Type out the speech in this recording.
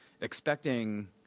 expecting